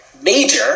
major